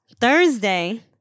Thursday